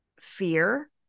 fear